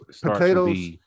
Potatoes